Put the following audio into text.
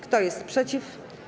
Kto jest przeciw?